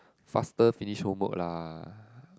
faster finish homework lah